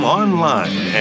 online